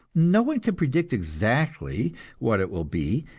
no one can predict exactly what it will be,